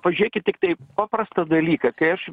pažėkit tiktai paprastą dalyką kai aš